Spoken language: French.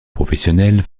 professionnelle